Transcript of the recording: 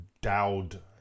Dowd